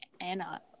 Anna